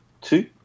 two